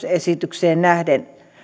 esitykseen nähden